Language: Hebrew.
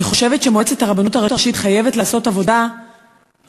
אני חושבת שמועצת הרבנות הראשית חייבת לעשות עבודה מאוד